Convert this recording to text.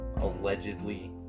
allegedly